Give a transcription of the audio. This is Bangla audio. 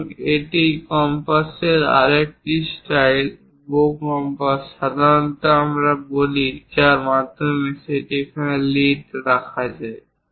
এবং এটি কম্পাসের আরেকটি স্টাইল বো কম্পাস সাধারণত আমরা বলি যার মাধ্যমে সেখানে একটি লিড রাখা যায়